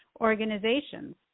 organizations